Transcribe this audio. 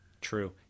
True